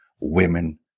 women